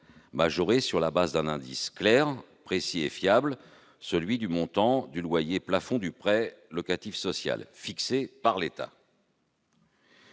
majoré sur la base d'un indice clair, précis et fiable, celui du montant du loyer plafond du prêt locatif social fixé par l'État.